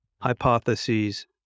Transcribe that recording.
hypotheses